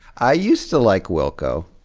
i used to like wilco.